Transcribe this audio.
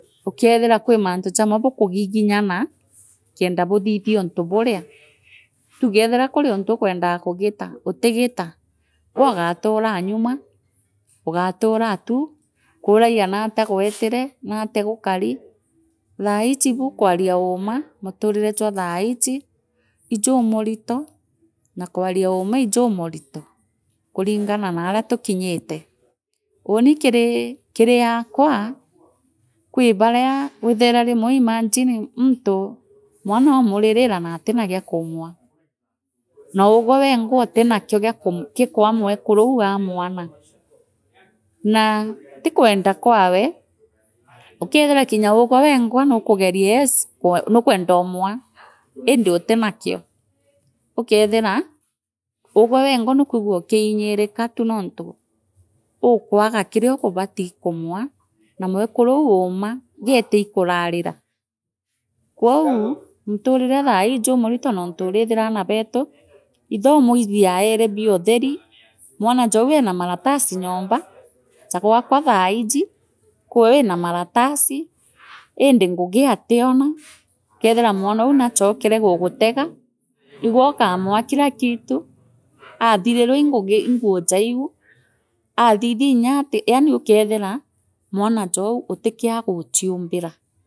Ukeethira kwi mantu jamwe bukugiginyanga kenda buthithia untu buria tuge ethire kuri untu ukwendaa kuyita utigita gweegaturaa nyuma ugaturaa tu kuuragia natia gwetire naatia gukari thaiji buu kwaria uuma muturire jwa thaiiji ijumunto na kwana uuma ijumunto kuringara naaria tukinyite uuni kiri kiriakwa kwi baria withaira rimwe imagini muntu mwanomuririraa naatira giakumwaa naugwe gwengwa utihakio gia kumkwaa mwakuru uu aa mwana naa tikwenda kwawe Ukethira kinya ugwe wengwa nukageria yes nukuendomwaa indi utinakio ukethira uwe wengwa nukwigua ukiinyirika tu nontu ukwaga kiriakubati kumwaa naa mwekuru uu uuma geeta iikurarira kwou muturire thaii ijumunto jontu urithira aana beetu ithomo ibiaero biotheri mwanajou eena maratasi nyomba ja gwakwa thaiiji kwiwo wina maratasi inda ngugi ationa ukeothira mwanou naachokere gugtega igwookamua kila kitu aathirirwa ii ngugi ii nguu jaaii uu aathithia ngatia yaani ukethira mwana jou utichio agu chiumbiraa.